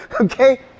Okay